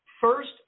first